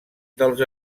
dels